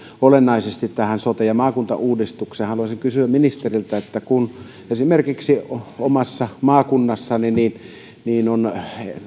olennaisesti tähän sote ja maakuntauudistukseen haluaisin kysyä ministeriltä kun esimerkiksi omassa maakunnassani on